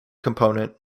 component